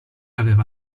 aveva